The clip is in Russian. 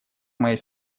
моей